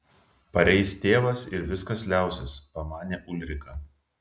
pareis tėvas ir viskas liausis pamanė ulrika